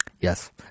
Yes